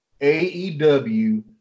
AEW